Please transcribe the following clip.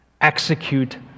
execute